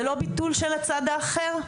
זה לא ביטול של הצד האחר?